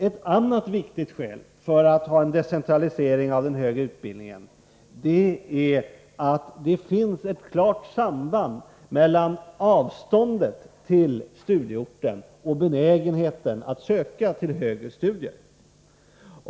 Ett annat viktigt skäl för decentralisering av den högre utbildningen är att det finns ett klart samband mellan avståndet till studieorten och benägenheten att söka till högre studier.